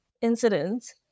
incidents